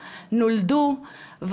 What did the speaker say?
נולדו,